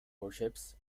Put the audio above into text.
warships